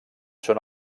són